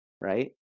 right